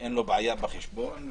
ואין לו בעיה בחשבון.